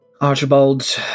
Archibald